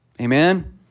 Amen